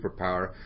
superpower